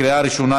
בקריאה ראשונה.